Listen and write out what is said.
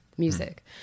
music